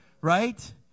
right